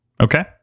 Okay